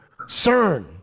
CERN